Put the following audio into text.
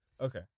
Okay